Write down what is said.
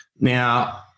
Now